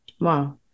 Wow